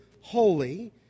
holy